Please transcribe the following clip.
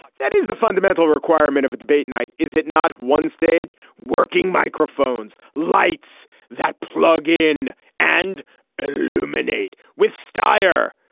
that is the fundamental requirement of a debate night. is it not one stage working microphones lights that plug in and ah ruminate with satire.